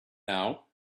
now